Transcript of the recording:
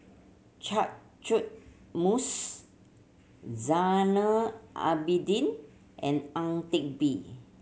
Catchick Moses Zainal Abidin and Ang Teck Bee